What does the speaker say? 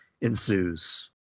ensues